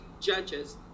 judges